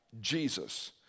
Jesus